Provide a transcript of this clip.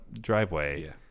driveway